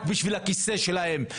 רק בשביל הכיסא שלהם.